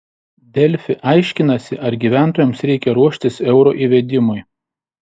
delfi aiškinasi ar gyventojams reikia ruoštis euro įvedimui